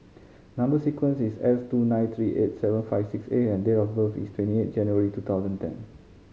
number sequence is S two nine three eight seven five six A and date of birth is twenty eight January two thousand and ten